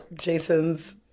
jason's